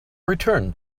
return